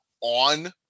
on